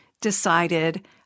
decided